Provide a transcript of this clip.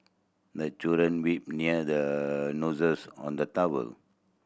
the children wipe near the noses on the towel